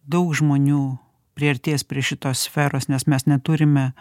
daug žmonių priartės prie šitos sferos nes mes neturime